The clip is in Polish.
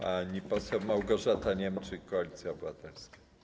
Pani poseł Małgorzata Niemczyk, Koalicja Obywatelska.